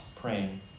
praying